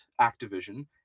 activision